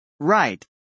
Right